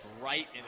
right